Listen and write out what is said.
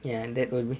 ya that would be